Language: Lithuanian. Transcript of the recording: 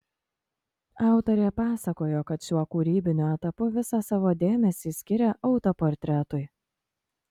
autorė pasakojo kad šiuo kūrybiniu etapu visą savo dėmesį skiria autoportretui